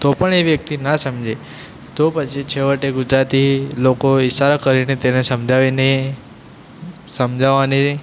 તો પણ એ વ્યક્તિ ના સમજે તો પછી ગુજરાતી લોકો ઇશારો કરીને તેને સમજાવીને સમજાવાની